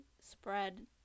spread